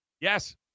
Yes